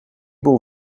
bol